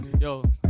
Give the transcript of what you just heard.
yo